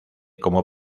como